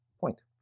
point